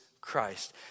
Christ